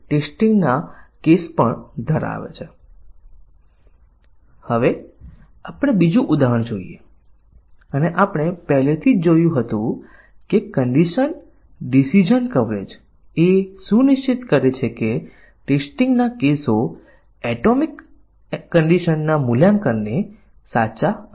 હવે ચાલો કવરેજ આધારિત પરીક્ષણ જોઈએ ચાલો આપણે આગળ વ્હાઇટ બોક્સ પરીક્ષણ કવરેજ આધારિત પરીક્ષણ અને દોષ આધારિત પરીક્ષણ પર ધ્યાન આપીએ